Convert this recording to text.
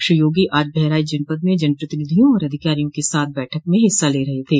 श्री योगी आज बहराइच जनपद में जनप्रतिनिधियों और अधिकारियों के साथ बैठक में हिस्सा ले रहे थे